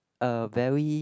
a very